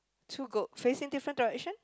two goats facing different directions